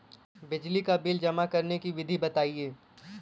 बिजली का बिल जमा करने की विधि बताइए?